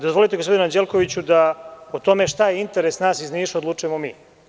Dozvolite gospodine Anđelkoviću, da o tome šta je interes nas iz Niša odlučujemo mi.